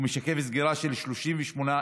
והוא משקף סגירה של 38,000,